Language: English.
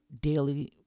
daily